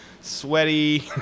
sweaty